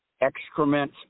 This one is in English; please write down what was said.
excrement